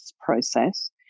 process